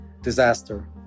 disaster